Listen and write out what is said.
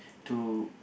to